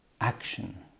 action